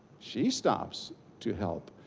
she stops to help.